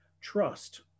trust